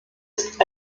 ist